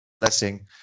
blessing